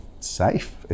safe